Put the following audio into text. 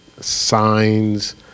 signs